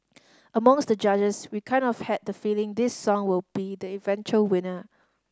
amongst the judges we kind of had the feeling this song would be the eventual winner